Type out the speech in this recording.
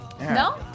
No